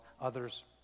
others